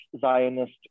Zionist